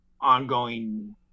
ongoing